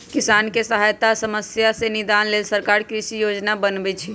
किसानके सहायता आ समस्या से निदान लेल सरकार कृषि योजना बनय छइ